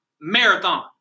marathon